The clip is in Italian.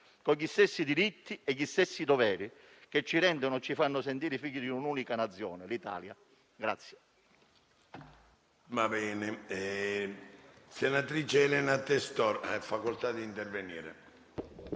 con gli stessi diritti e gli stessi doveri che ci rendono e ci fanno sentire i figli di un'unica Nazione, l'Italia.